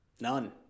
None